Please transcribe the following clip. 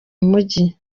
mujyi